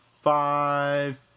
five